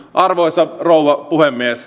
arvoisa rouva puhemies